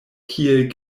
kiel